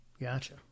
Gotcha